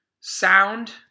sound